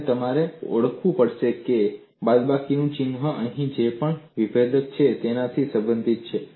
અને તમારે ઓળખવું પડશે કે બાદબાકીનું ચિહ્ન અહીં જે પણ વિભેદક છે તેનાથી સંબંધિત છે